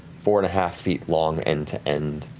four and a half feet long end to end.